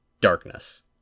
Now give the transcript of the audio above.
Darkness